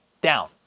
down